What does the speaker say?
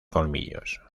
colmillos